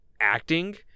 acting